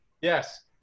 Yes